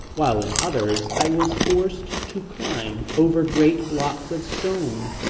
while in others i was forced to climb over great blocks of stone.